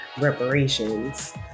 reparations